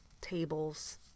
tables